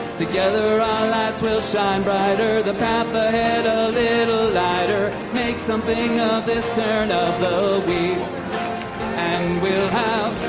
together our lights will shine brighter the path ahead a little lighter make something of this turn of the wheel and we'll